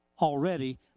already